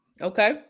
Okay